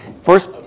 First